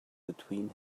between